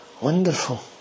Wonderful